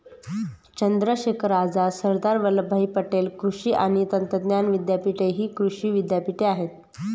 चंद्रशेखर आझाद, सरदार वल्लभभाई पटेल कृषी आणि तंत्रज्ञान विद्यापीठ हि कृषी विद्यापीठे आहेत